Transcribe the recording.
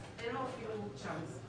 אז אין לו אפילו צ'אנס.